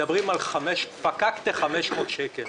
מדברים על "פקקטה" 500 שקל: